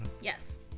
yes